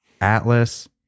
atlas